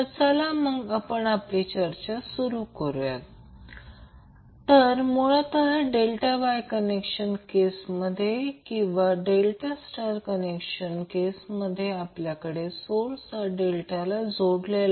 तर हे Δ सोर्सचे रुपांतर समतुल्य स्टार सोर्समध्ये करणे यालाच म्हणतात